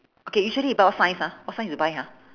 okay usually you buy what size ah what size you buy ha